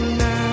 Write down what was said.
now